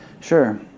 sure